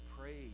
praise